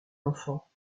enfant